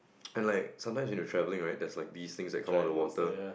and like sometimes when you're travelling right there's like these things that come out of the water